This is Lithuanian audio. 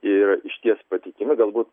jie yra išties patikimi galbūt